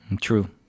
True